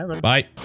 Bye